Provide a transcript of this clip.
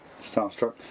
starstruck